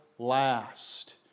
Last